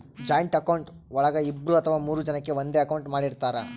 joint account ಒಳಗ ಇಬ್ರು ಅಥವಾ ಮೂರು ಜನಕೆ ಒಂದೇ ಅಕೌಂಟ್ ಮಾಡಿರ್ತರಾ